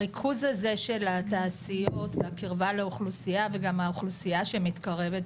הריכוז הזה של התעשיות והקרבה לאוכלוסייה וגם האוכלוסייה שמתקרבת,